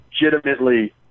legitimately